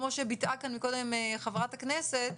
כמו שביטאה קודם חברת הכנסת,